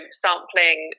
sampling